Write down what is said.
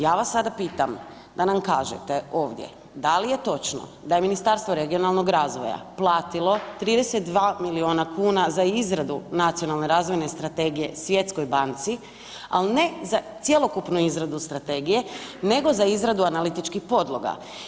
Ja vas sada pitam da nam kažete ovdje, da li je točno da je Ministarstvo regionalnog razvoja platimo 32 milijuna kuna za izradu nacionalne razvojne strategije Svjetskoj banci, al ne za cjelokupnu izradu strategije nego za izradu analitičkih podloga.